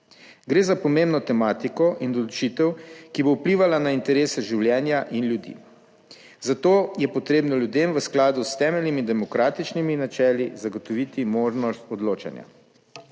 Gre za pomembno tematiko in odločitev, ki bo vplivala na interese življenja in ljudi, zato je potrebno ljudem v skladu s temeljnimi demokratičnimi načeli, zagotoviti možnost odločanja.